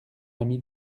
ami